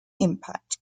impact